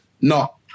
No